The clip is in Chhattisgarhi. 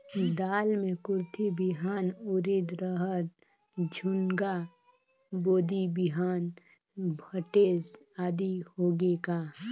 दाल मे कुरथी बिहान, उरीद, रहर, झुनगा, बोदी बिहान भटेस आदि होगे का?